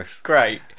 great